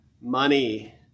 money